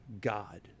God